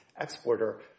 exporter